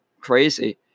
crazy